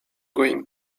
going